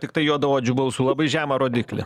tiktai juodaodžių balsų labai žemą rodiklį